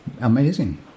Amazing